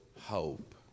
hope